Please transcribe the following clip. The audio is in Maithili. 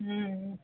हुँ